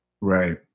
Right